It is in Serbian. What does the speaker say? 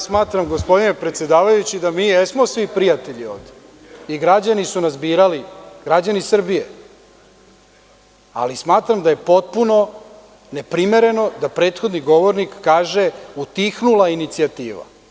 Smatram, gospodine predsedavajući, da mi jesmo svi prijatelji ovde i građani Srbije su nas birali, ali smatram da je potpuno neprimereno da prethodni govornik kaže – utihnula je inicijativa.